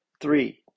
Three